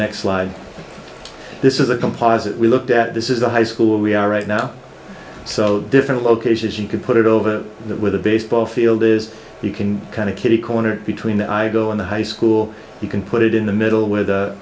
next slide this is a composite we looked at this is a high school we are right now so different locations you could put it over with a baseball field is you can kind of kitty corner between the i go on the high school you can put it in the middle w